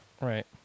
Right